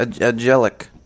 Angelic